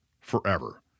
forever